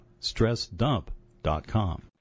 StressDump.com